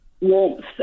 warmth